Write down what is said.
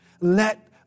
Let